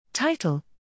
Title